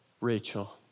Rachel